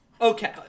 okay